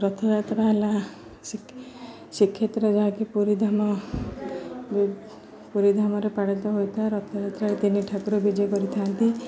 ରଥଯାତ୍ରା ହେଲା ଶ୍ରୀକ୍ଷେତ୍ର ଯାହାକି ପୁରୀ ଧାମ ପୁରୀ ଧାମରେ ପାଳିତ ହୋଇଥାଏ ରଥଯାତ୍ରା ତିନି ଠାକୁର ବିଜେ କରିଥାନ୍ତି